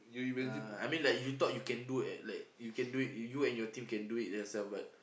uh I mean like you thought you can do at like you can do it you and your team can do it by yourself but